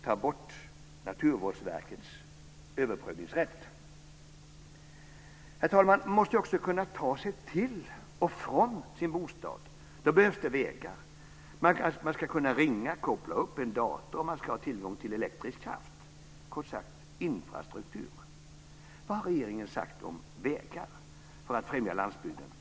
Ta bort Naturvårdsverkets överprövningsrätt! Herr talman! Man måste ju också kunna ta sig till och från sin bostad. Då behövs det vägar. Man ska kunna ringa och koppla upp en dator och man ska ha tillgång till elektrisk kraft. Kort sagt: infrastruktur. Vad har regeringen sagt om vägar för att främja landsbygden?